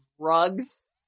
drugs